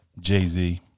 Jay-Z